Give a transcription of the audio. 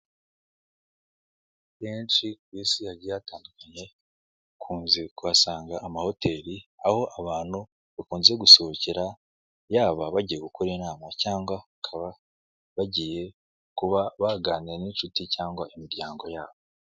Henshi ku isi hagiye hatandukanye bakunze kuhasanga amahoteli aho abantu bakunze gusohokera yaba bagiye gukora inama cyangwa bakaba bagiye kuba baganira n'inshuti cyangwa imiryango yabo.